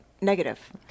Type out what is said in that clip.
negative